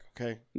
okay